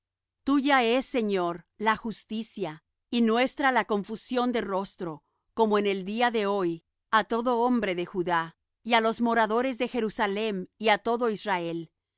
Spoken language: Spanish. tierra tuya es señor la justicia y nuestra la confusión de rostro como en el día de hoy á todo hombre de judá y á los moradores de jerusalem y á todo israel